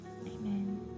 amen